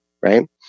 right